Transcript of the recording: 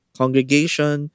congregation